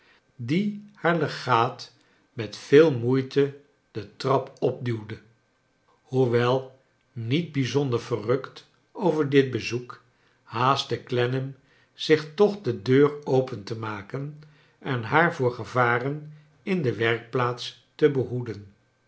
die haar legaat met veel moeite de trap opduwde hoewel niet bijzonder verrukt over dit bezoek haastte clennam zich toch de deur open te maken en haar voor gevaren in de werkplaats te behoeden